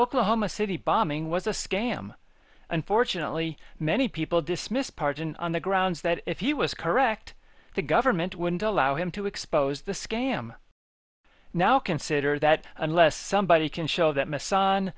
oklahoma city bombing was a scam unfortunately many people dismissed parchin on the grounds that if he was correct the government wouldn't allow him to expose the scam now consider that unless somebody can show that m